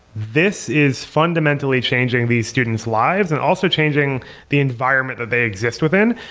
this is fundamentally changing these students' lives and also changing the environment that they exist within.